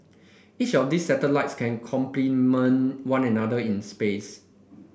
each of these satellites can complement one another in space